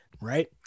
Right